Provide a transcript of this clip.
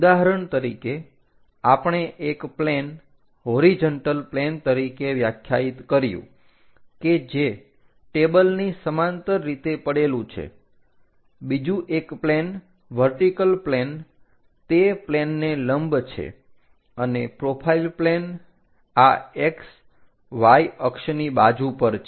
ઉદાહરણ તરીકે આપણે એક પ્લેન હોરીજન્ટલ પ્લેન તરીકે વ્યાખ્યાયિત કર્યું કે જે ટેબલની સમાંતર રીતે પડેલું છે બીજું એક પ્લેન વર્ટિકલ પ્લેન તે પ્લેનને લંબ છે અને પ્રોફાઈલ પ્લેન આ X Y અક્ષની બાજુ પર છે